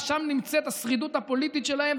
שם נמצאת השרידות הפוליטית שלהם,